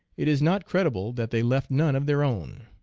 it is not credible that they left none of their own.